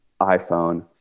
iPhone